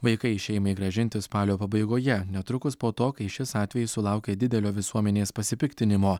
vaikai šeimai grąžinti spalio pabaigoje netrukus po to kai šis atvejis sulaukė didelio visuomenės pasipiktinimo